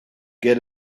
get